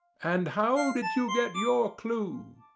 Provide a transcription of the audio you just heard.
and how did you get your clue?